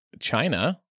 China